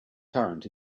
current